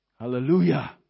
Hallelujah